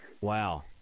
Wow